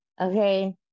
Okay